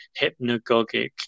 hypnagogic